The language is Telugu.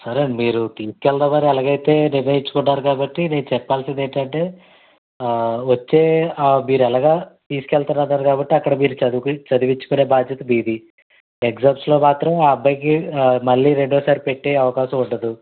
సరేనండి మీరు తీసుకెళ్దామని అలాగైతే నిర్ణయించుకున్నారు కాబట్టి నేను చెప్పాల్సింది ఏంటంటే వచ్చే మీరు ఎలాగా తీసుకెళ్తారన్నారు కాబట్టి అక్కడ మీరు చదువుకుని చదివించుకునే బాధ్యత మీది ఎగ్జామ్స్లో మాత్రం అబ్బాయికి మళ్ళీ రెండో సారి పెట్టే అవకాశం ఉండదు